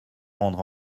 rendre